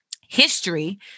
history